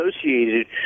associated